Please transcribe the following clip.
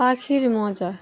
পাখির মজা